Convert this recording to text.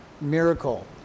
miracle